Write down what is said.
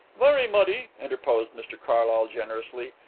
very muddy, interposed mr carlyle generously.